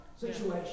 situation